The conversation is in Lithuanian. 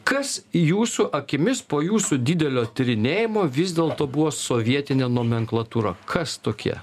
kas jūsų akimis po jūsų didelio tyrinėjimo vis dėlto buvo sovietinė nomenklatūra kas tokie